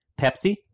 Pepsi